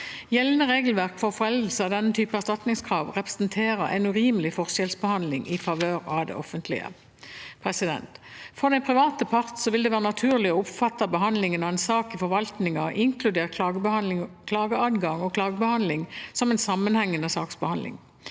Gjeldende regelverk for foreldelse av denne type erstatningskrav representerer en urimelig forskjellsbehandling i favør av det offentlige. For den private part vil det være naturlig å oppfatte behandlingen av en sak i forvaltningen, inkludert klageadgangen og klagebehandlingen, som en sammenhengende saksbehandling.